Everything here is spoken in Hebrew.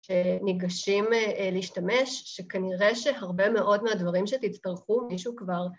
ניגשים להשתמש, שכנראה שהרבה מאוד מהדברים שתצטרכו מישהו כבר